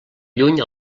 lluny